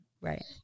Right